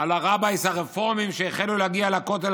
על הרביי'ס הרפורמים שהחלו להגיע לכותל